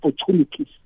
opportunities